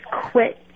quit